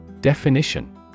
Definition